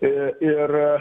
i ir a